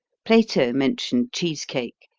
plato mentioned cheese cake,